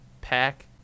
pack